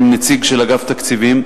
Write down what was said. עם נציג של אגף התקציבים,